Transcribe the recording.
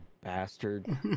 bastard